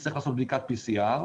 תצטרך לעשות בדיקת PCR,